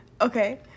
Okay